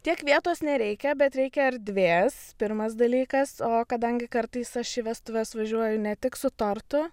tiek vietos nereikia bet reikia erdvės pirmas dalykas o kadangi kartais aš į vestuves važiuoju ne tik su tortu